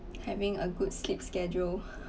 having a good sleep schedule